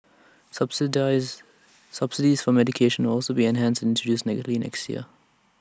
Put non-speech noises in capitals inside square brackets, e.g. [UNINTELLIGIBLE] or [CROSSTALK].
subsidies subsidies for medication will also be enhanced introduce [UNINTELLIGIBLE] next year